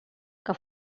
que